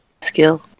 skill